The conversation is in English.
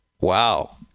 Wow